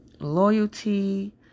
Loyalty